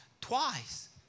twice